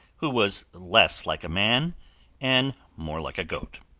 who was less like a man and more like a goat.